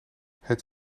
het